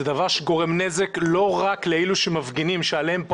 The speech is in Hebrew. זה דבר שגורם נזק לא רק לאלה שמפגינים שעליהם פה